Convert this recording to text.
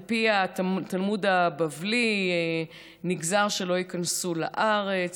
על פי התלמוד הבבלי נגזר שלא ייכנסו לארץ